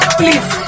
please